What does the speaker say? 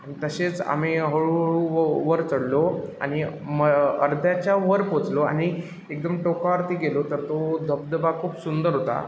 आणि तसेच आम्ही हळूहळू व वर चढलो आणि मग अर्ध्याच्या वर पोचलो आणि एकदम टोकावरती गेलो तर तो धबधबा खूप सुंदर होता